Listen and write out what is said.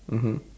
mmhmm